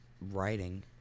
writing